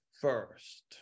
first